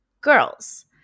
girls